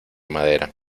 madera